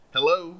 Hello